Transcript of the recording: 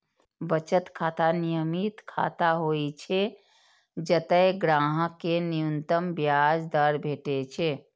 बचत खाता नियमित खाता होइ छै, जतय ग्राहक कें न्यूनतम ब्याज दर भेटै छै